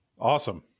awesome